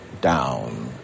down